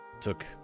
took